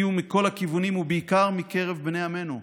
שהגיעו מכל הכיוונים, ובעיקר מקרב בני עמנו,